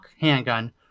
handgun